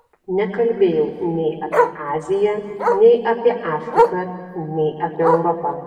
nekalbėjau nei apie aziją nei apie afriką nei apie europą